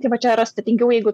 tai va čia yra sudėtingiau jeigu